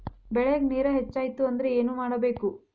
ಬೆಳೇಗ್ ನೇರ ಹೆಚ್ಚಾಯ್ತು ಅಂದ್ರೆ ಏನು ಮಾಡಬೇಕು?